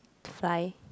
fly